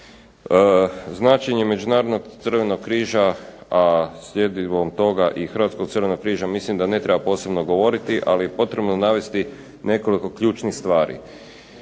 Značenje Međunarodnog crvenog križa, a slijedom toga i Hrvatskog crvenog križa mislim da ne treba posebno govoriti, ali je potrebno navesti nekoliko ključnih stvari.